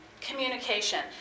Communication